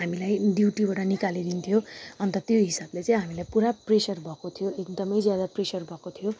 हामीलाई ड्युटीबाट निकालिदिन्थ्यो अन्त त्यो हिसाबले चाहिँ हामीलाई पुरा प्रेसर भएको थियो एकदमै ज्यादा प्रेसर भएको थियो